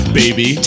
baby